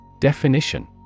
Definition